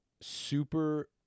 super